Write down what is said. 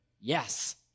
yes